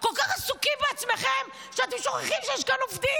כל כך עסוקים בעצמכם שאתם שוכחים שיש כאן עובדים